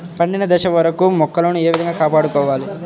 పండిన దశ వరకు మొక్కలను ఏ విధంగా కాపాడుకోవాలి?